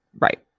Right